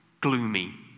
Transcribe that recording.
gloomy